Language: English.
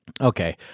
Okay